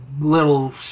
little